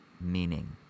meaning